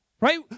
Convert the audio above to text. Right